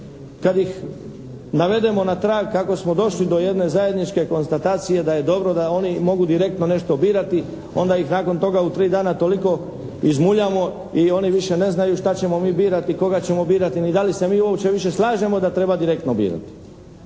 kad ih navedemo na trag kako smo došli do jedne zajedničke konstatacije da je dobro da oni mogu direktno nešto birati. Onda ih nakon toga u tri dana toliko izmuljamo i oni više ne znaju šta ćemo mi birati, ni da li se mi uopće više slažemo da treba direktno birati.